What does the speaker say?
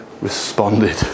responded